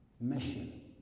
mission